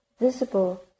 visible